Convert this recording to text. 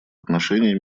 отношений